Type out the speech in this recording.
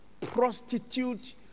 prostitute